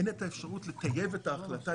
אין את האפשרות לטייב את ההחלטה,